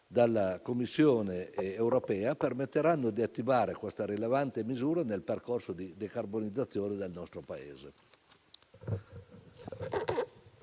dalla Commissione europea, permetteranno di attivare questa rilevante misura nel percorso di decarbonizzazione del nostro Paese.